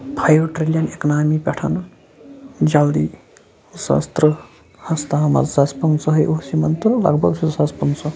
five trillion economy پٮ۪ٹھ جَلدی زٕ ساس تٕرٛہ ہَس تامَتھ زٕ ساس پٕنٛژہے اوس یِمَن تہٕ لَگ بھگ زٕ ساس پٕنٛژٕہ